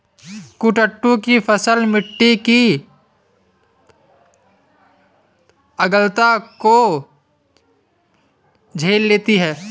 कुट्टू की फसल मिट्टी की अम्लता को झेल लेती है